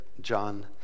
John